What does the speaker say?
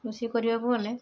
ରୋଷେଇ କରିବାକୁ ଗଲେ